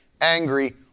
angry